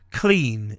clean